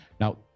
Now